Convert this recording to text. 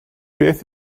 beth